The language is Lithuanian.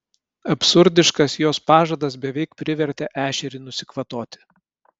absurdiškas jos pažadas beveik privertė ešerį nusikvatoti